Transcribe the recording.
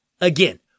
Again